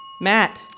Matt